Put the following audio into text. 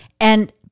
And-